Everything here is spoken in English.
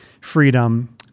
freedom